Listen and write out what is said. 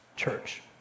Church